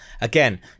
Again